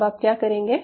अब आप क्या करेंगे